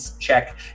check